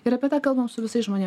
ir apie ką kalbam su visais žmonėm